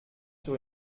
sur